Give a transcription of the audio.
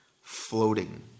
floating